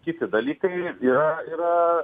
kiti dalykai yra yra